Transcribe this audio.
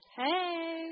hey